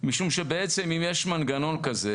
משום שאם יש מנגנון כזה,